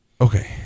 Okay